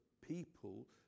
people